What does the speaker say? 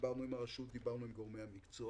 דיברנו עם הרשות ודיברנו עם גורמי המקצוע.